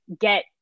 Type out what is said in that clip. get